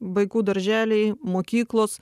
vaikų darželiai mokyklos